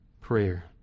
prayer